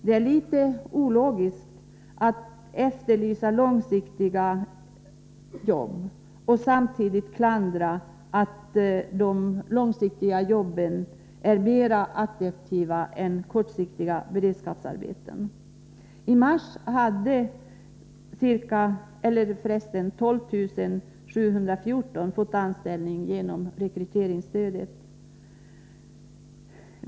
Det är litet ologiskt att efterlysa långsiktiga jobb och samtidigt klandra oss för att vi anser att de långsiktiga jobben är mera attraktiva än kortsiktiga beredskapsarbeten. I mars hade 12 714 personer fått anställning genom rekryteringsstödet.